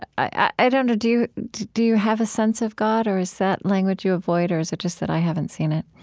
i don't know, do you do you have a sense of god, or is that language you avoid, or is it just that i haven't seen it?